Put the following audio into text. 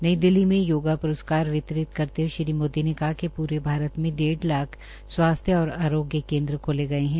नई दिल्ली में योगा प्रस्कार वितरित करते हये श्री मोदी ने कहा कि प्रे भारत में डेढ़ लाख स्वास्थ्य और आरोग्य केन्द्र खोले गये है